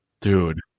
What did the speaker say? dude